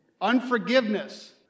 unforgiveness